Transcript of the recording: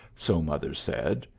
so mother said,